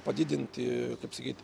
padidinti kaip sakyti